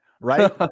Right